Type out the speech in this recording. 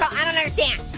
i don't understand.